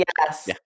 Yes